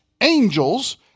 angels